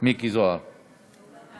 (תיקון מס'